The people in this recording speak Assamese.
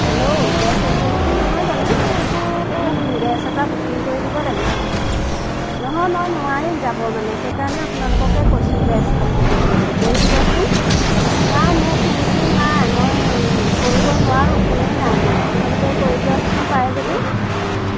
হেল্ল' গেছ এজেঞ্চি নহয় জানো মোক গেছ এটা বুকিং কৰি দিব লাগিছিল নহয় মই নোৱাৰিম যাব মানে সেইকাৰণে আপোনালোককে কৈছোঁ গেছটো বুকিং কৰিবলৈ কৰি দিবচোন নাই মোৰ ফোন চোন নাই মই কৰিব নোৱাৰোঁ ফোনেই নাই মোৰ আপোনালোকেই কৰি দিয়কচোন পাৰে যদি